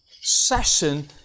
session